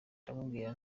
ndamubwira